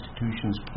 institutions